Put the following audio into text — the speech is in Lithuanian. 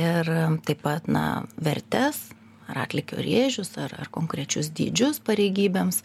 ir taip pat na vertes ar atlygio rėžius ar ar konkrečius dydžius pareigybėms